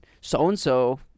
so-and-so